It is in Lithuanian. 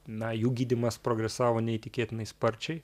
na jų gydymas progresavo neįtikėtinai sparčiai